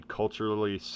culturally